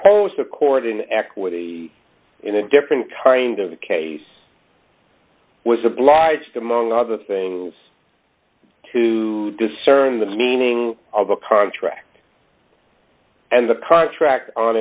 post the court in equity in a different kind of a case was obliged among other things to discern the meaning of a card trick and the con